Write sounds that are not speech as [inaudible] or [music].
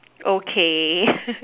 okay [laughs]